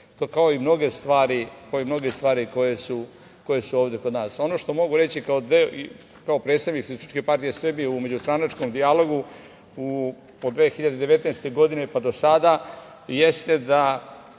kao i mnoge stvari koje su ovde kod nas. Ono što mogu reći kao predstavnik Socijalističke partije Srbije u međustranačkom dijalogu od 2019. godine pa do sada, jeste da,